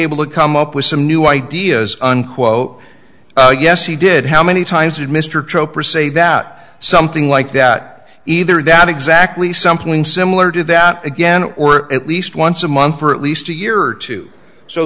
able to come up with some new ideas unquote yes he did how many times did mr cho precede that something like that either that exactly something similar to that again or at least once a month for at least a year or two